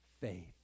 faith